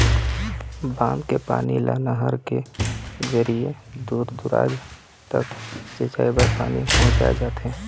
बांध के पानी ल नहर के जरिए दूर दूराज तक सिंचई बर पानी पहुंचाए जाथे